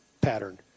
pattern